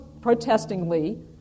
protestingly